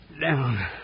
down